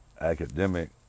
academic